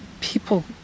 people